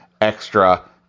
extra